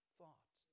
thought